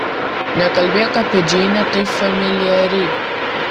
nekalbėk apie džeinę taip familiariai